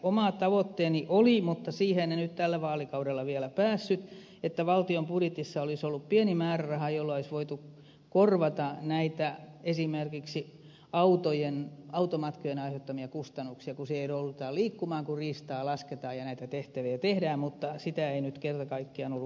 oma tavoitteeni oli mutta siihen en nyt tällä vaalikaudella vielä päässyt että valtion budjetissa olisi ollut pieni määräraha jolla olisi voitu korvata esimerkiksi näitä automatkojen aiheuttamia kustannuksia kun siellä joudutaan liikkumaan kun riistaa lasketaan ja näitä tehtäviä tehdään mutta siihen ei nyt kerta kaikkiaan ollut mahdollisuutta